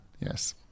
yes